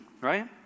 right